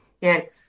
yes